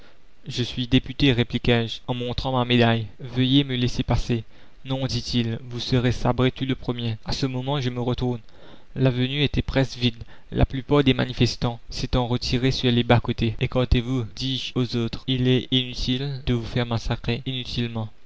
je suis député répliquai-je en montrant ma médaille veuillez me laisser passer non dit-il vous serez sabré tout le premier a ce moment je me retourne l'avenue était presque vide la plupart des manifestants s'étant retirés sur les bas côtés la commune écartez vous dis-je aux autres il est inutile de vous faire massacrer inutilement